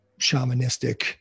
shamanistic